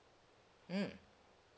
mm